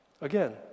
Again